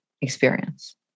experience